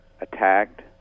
attacked